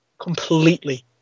completely